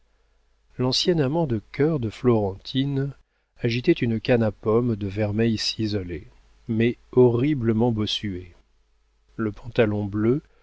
l'ancien amant de cœur de florentine agitait une canne à pomme de vermeil ciselée mais horriblement bossuée le pantalon bleu